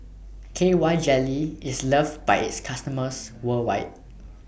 K Y Jelly IS loved By its customers worldwide